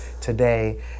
today